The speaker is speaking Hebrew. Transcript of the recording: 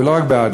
לא רק בעד,